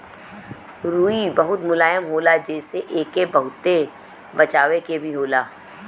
रुई बहुत मुलायम होला जेसे एके बहुते बचावे के भी होला